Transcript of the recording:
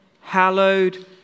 hallowed